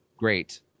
great